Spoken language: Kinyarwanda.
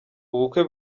ubukwe